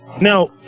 Now